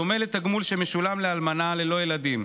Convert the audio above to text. בדומה לתגמול שמשולם לאלמנה ללא ילדים,